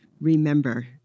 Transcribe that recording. remember